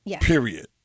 period